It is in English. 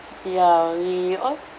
ya we all